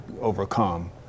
overcome